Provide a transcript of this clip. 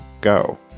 go